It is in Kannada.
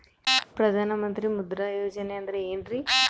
ಪ್ರಧಾನ ಮಂತ್ರಿ ಮುದ್ರಾ ಯೋಜನೆ ಅಂದ್ರೆ ಏನ್ರಿ?